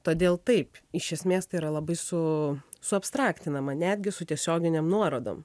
todėl taip iš esmės tai yra labai su suabstraktinama netgi su tiesioginėm nuorodom